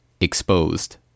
Exposed